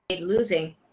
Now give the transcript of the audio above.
losing